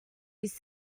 his